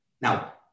Now